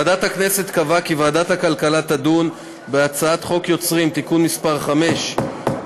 ועדת הכנסת קבעה כי ועדת הכלכלה תדון בהצעת חוק יוצרים (תיקון מס' 5),